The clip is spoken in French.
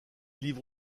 livre